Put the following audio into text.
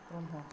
Brahma